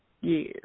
Yes